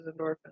endorphins